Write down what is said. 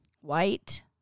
White